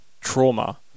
trauma